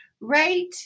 right